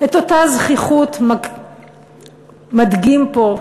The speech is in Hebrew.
את אותה זחיחות מדגים פה,